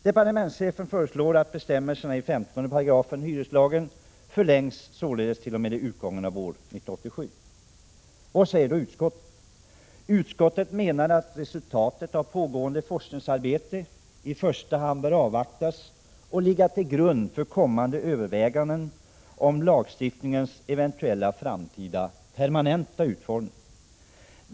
Departementschefen föreslår att bestämmelserna i 15 § 2 stycket hyreslagen förlängs t.o.m. utgången av år 1987. Vad säger då utskottet? Utskottet menar att resultatet av pågående forskningsarbete i första hand bör avvaktas och ligga till grund för kommande överväganden om lagstiftningens eventuella framtida permanenta utformning.